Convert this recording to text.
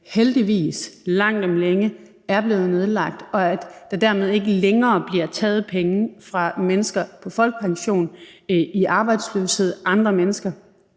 heldigvis langt om længe er blevet nedlagt, og at der dermed ikke længere bliver taget penge fra mennesker på folkepension, i arbejdsløshed og fra andre mennesker